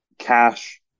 cash